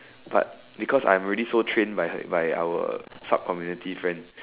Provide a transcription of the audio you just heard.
but because I'm already so trained by her by our subcommunity friend